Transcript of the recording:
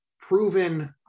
proven